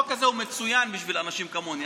החוק הזה מצוין בשביל אנשים כמוני.